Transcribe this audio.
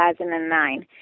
2009